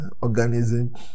organism